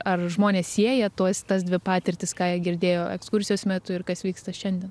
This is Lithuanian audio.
ar žmonės sieja tuos tas dvi patirtis ką jie girdėjo ekskursijos metu ir kas vyksta šiandien